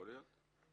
יכול להיות.